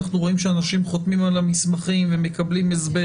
אנחנו רואים שאנשים חותמים על המסמכים ומקבלים הסבר?